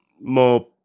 more